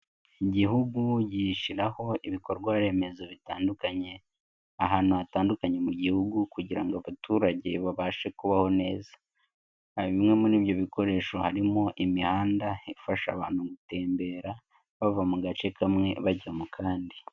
Igihugu gishyiraho ibikorwa remezo bitandukanye, ahantu hatandukanye mu gihugu kugira ngo abaturage babashe kubaho neza, bimwe muri ibyo bikoresho harimo imihanda ifasha abantu gutembera, bava mu gace kamwe bajya mu kandi.